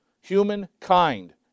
Humankind